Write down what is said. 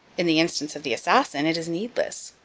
in the instance of the assassin, it is needless,